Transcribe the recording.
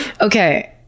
okay